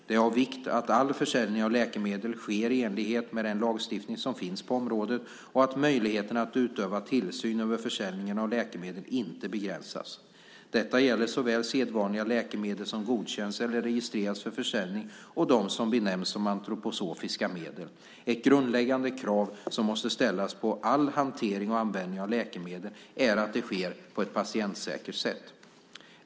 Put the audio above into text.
Det är av vikt att all försäljning av läkemedel sker i enlighet med den lagstiftning som finns på området och att möjligheten att utöva tillsyn över försäljning av läkemedel inte begränsas. Detta gäller såväl de sedvanliga läkemedel som godkänns eller registreras för försäljning som de som benämns som antroposofiska medel. Ett grundläggande krav som måste ställas på all hantering och användning av läkemedel är att det sker på ett patientsäkert sätt.